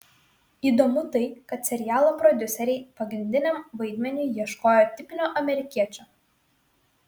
įdomu tai kad serialo prodiuseriai pagrindiniam vaidmeniui ieškojo tipinio amerikiečio